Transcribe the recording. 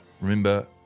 remember